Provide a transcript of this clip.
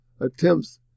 attempts